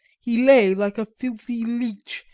he lay like a filthy leech,